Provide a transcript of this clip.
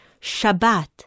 Shabbat